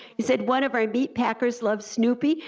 he said one of our meat packers loves snoopy,